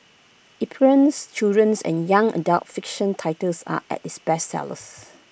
epigram's childrens and young adult fiction titles are its bestsellers